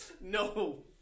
No